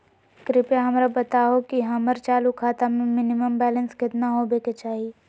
कृपया हमरा बताहो कि हमर चालू खाता मे मिनिमम बैलेंस केतना होबे के चाही